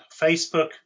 Facebook